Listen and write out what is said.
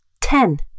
Ten